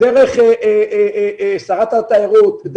דרך שרת התיירות,